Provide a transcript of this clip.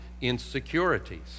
insecurities